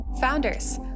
Founders